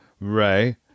Ray